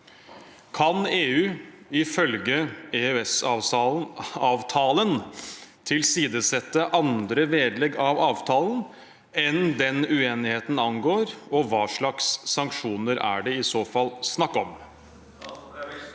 Kan EU ifølge EØS-avtalen tilsidesette andre vedlegg av avtalen enn den uenigheten angår, og hva slags sanksjoner er det i så fall snakk om?» Statsråd